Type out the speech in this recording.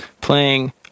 playing